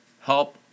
Help